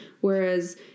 Whereas